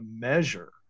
measure